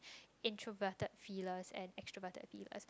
introverted pillars and extroverted pillars